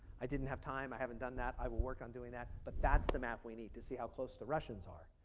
i didn't have time. i haven't done that. i will work on doing that but that's the map we need to see how close the russians are.